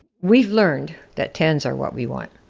we've learned that ten s are what we want.